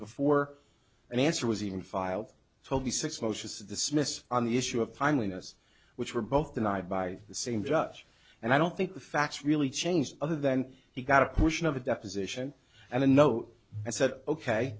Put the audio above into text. before an answer was even filed told me six motions to dismiss on the issue of timeliness which were both denied by the same judge and i don't think the facts really changed other than he got a portion of a deposition and a note and said ok